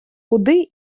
куди